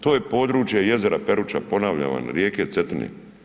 To je područje jezera Peruća, ponavljam vam, rijeke Cetine.